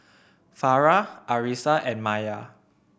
Farah Arissa and Maya